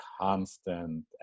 constant